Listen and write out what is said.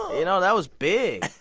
you know, that was big